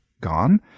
gone